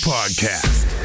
Podcast